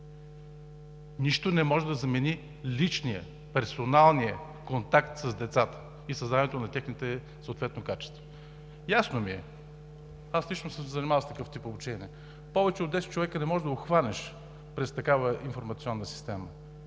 Нищо не може да замени личния, персоналния контакт с децата и създаването съответно на техните качества. Ясно ми е, аз лично съм се занимавал с такъв тип обучение, повече от десет човека не можеш да обхванеш през такава информационна система.